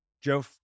Joe